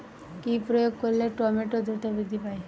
কি প্রয়োগ করলে টমেটো দ্রুত বৃদ্ধি পায়?